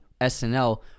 SNL